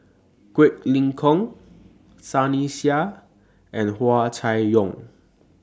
Quek Ling Kiong Sunny Sia and Hua Chai Yong